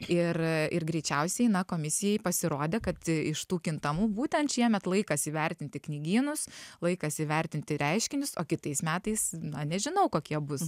ir ir greičiausiai na komisijai pasirodė kad i iš tų kintamų būtent šiemet laikas įvertinti knygynus laikas įvertinti reiškinius o kitais metais na nežinau kokie bus